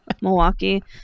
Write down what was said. Milwaukee